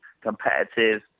competitive